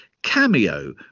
cameo